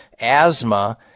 asthma